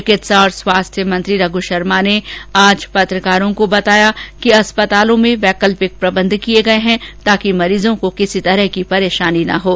चिकित्सा और स्वास्थ्य मंत्री रघ् शर्मा ने आज पत्रकारों को बताया कि अस्पतालो में वैकल्पिक प्रबंध किए गए हैं ताकि मरीजों को किसी प्रकार की परेशानी न हों